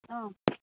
অঁ